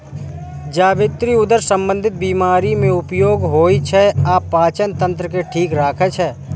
जावित्री उदर संबंधी बीमारी मे उपयोग होइ छै आ पाचन तंत्र के ठीक राखै छै